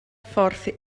ffordd